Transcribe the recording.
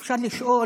אפשר לשאול